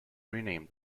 renamed